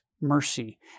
mercy